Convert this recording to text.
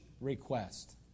request